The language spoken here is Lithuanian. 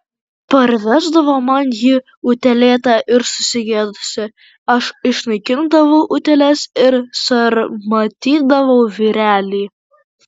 parvesdavo man jį utėlėtą ir susigėdusį aš išnaikindavau utėles ir sarmatydavau vyrelį